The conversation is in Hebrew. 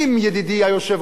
ידידי היושב-ראש,